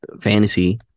Fantasy